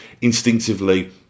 instinctively